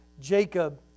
Jacob